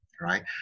right